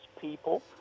people